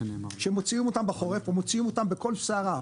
שמוציאים אותם בחורף או מוציאים אותם בכל סערה,